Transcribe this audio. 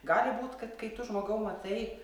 gal būti kad kai tu žmogau matai